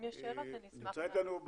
אם יש שאלות, אשמח לענות.